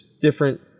different